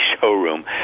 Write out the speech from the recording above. showroom